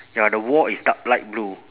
ya the wall is dark light blue